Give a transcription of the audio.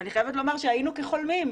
ואני חייבת לומר שהיינו כחולמים.